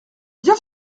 bien